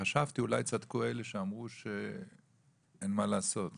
חשבתי שאולי אלה שאמרו שאין מה לעשות צדקו.